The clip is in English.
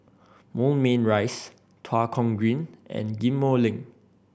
Moulmein Rise Tua Kong Green and Ghim Moh Link